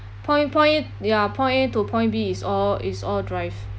point point ya point A to point B is all is all drive